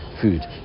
food